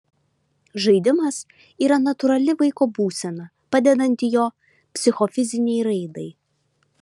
žaidimas yra natūrali vaiko būsena padedanti jo psichofizinei raidai